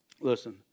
listen